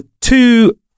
two